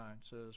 says